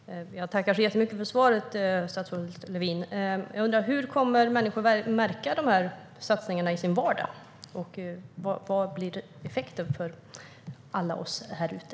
Herr talman! Jag tackar så jättemycket för svaret, statsrådet Lövin! Jag undrar: Hur kommer människor att märka dessa satsningar i sin vardag? Vad blir effekten för alla oss här ute?